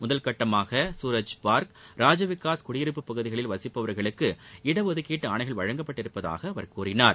முதற்கட்டமாக சசூரஜ்பார்க் ராஜவிகாஸ் குடியிருப்புப் பகுதிகளில் வசிப்பவர்களுக்கு ஒதுக்கீட்டு ஆணைகள் வழங்கப்பட்டிருப்பதாகக் கூறினார்